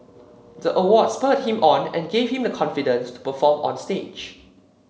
the award spurred him on and gave him the confidence to perform on stage